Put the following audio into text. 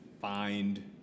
find